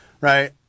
right